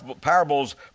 parables